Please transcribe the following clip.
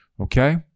Okay